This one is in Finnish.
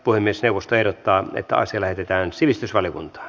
puhemiesneuvosto ehdottaa että asia lähetetään sivistysvaliokuntaan